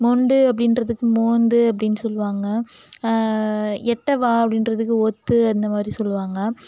மொண்டு அப்படின்றதுக்கு மோந்து அப்படின்னு சொல்வாங்க எட்ட வா அப்படிங்கிறதுக்கு வந்து ஒத்து அந்த மாதிரி சொல்வாங்க